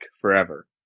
forever